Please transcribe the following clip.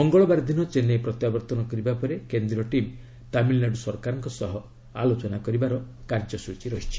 ମଙ୍ଗଳବାର ଦିନ ଚେନ୍ନାଇ ପ୍ରତ୍ୟାବର୍ତ୍ତନ କରିବା ପରେ କେନ୍ଦ୍ରୀୟ ଟିମ୍ ତାମିଲନାଡୁ ସରକାରଙ୍କ ସହ ଆଲୋଚନା କରିବାର କାର୍ଯ୍ୟସୂଚୀ ରହିଛି